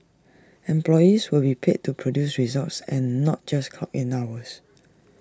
employees will be paid to produce results and not just clock hours